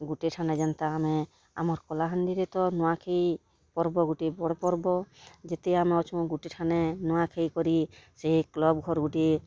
ଗୁଟେଠାନେ ଯେନ୍ତା ଆମେ ଆମର୍ କଲାହାଣ୍ଡିରେ ତ ନୂଆଖାଇ ପର୍ବ ଗୁଟେ ବଡ଼୍ ପର୍ବ ଯେତେ ଆମେ ଅଛୁଁ ଗୁଟେଠାନେ ନୂଆ ଖାଇ କରି ସେ କ୍ଲବ୍ ଘର୍ ଗୁଟିଏ